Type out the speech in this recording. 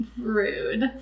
Rude